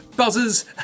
Buzzers